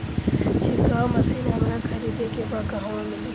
छिरकाव मशिन हमरा खरीदे के बा कहवा मिली?